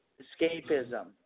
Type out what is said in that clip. escapism